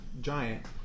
giant